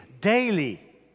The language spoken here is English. daily